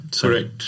Correct